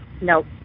Nope